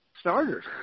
starters